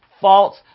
false